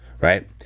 Right